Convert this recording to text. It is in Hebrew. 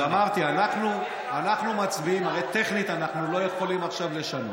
אז אמרתי, הרי טכנית אנחנו לא יכולים עכשיו לשנות,